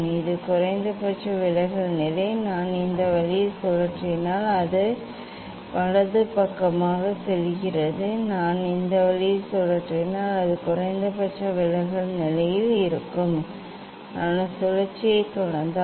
இது குறைந்தபட்ச விலகல் நிலை நான் இந்த வழியில் சுழற்றினால் அது வலது பக்கமாக செல்கிறது நான் இந்த வழியில் சுழற்றினால் அது குறைந்தபட்ச விலகல் நிலையில் இருக்கும் நான் சுழற்சியைத் தொடர்ந்தால்